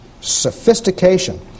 sophistication